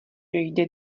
jde